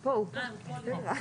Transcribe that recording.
אנחנו פנינו.